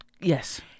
Yes